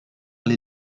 les